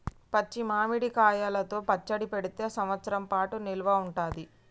పచ్చి మామిడి కాయలతో పచ్చడి పెడితే సంవత్సరం పాటు నిల్వ ఉంటది